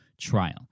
trial